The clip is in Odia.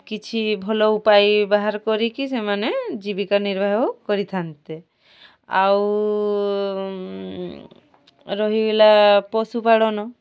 କିଛି ଭଲ ଉପାୟ ବାହାର କରିକି ସେମାନେ ଜୀବିକା ନିର୍ବାହ କରିଥାନ୍ତେ ଆଉ ରହିଗଲା ପଶୁପାଳନ